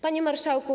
Panie Marszałku!